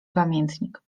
pamiętnik